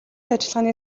ажиллагааны